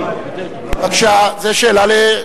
זאת שאלה.